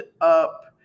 up